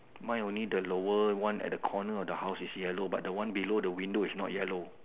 mine only the lower one at the corner of the house is yellow but the one below the window is not yellow